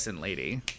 lady